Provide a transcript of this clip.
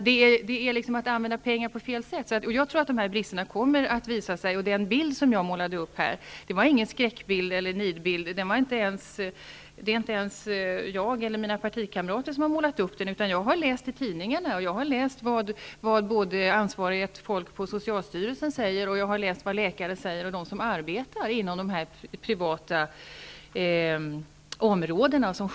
Det är att använda pengar på fel sätt. Jag tror att de här bristerna kommer att visa sig. Den bild som jag målade upp var ingen skräckbild eller nidbild. Det är inte ens jag eller mina partikamrater som har målat upp den, utan jag har läst i tidningarna vad ansvarigt folk på socialstyrelsen, läkare och de som arbetar inom de privata områdena säger.